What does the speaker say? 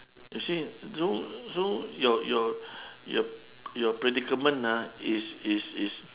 you see so so your your your your predicament ah is is is